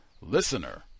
listener